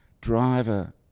driver